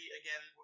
again